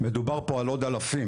מדובר פה על עוד אלפים,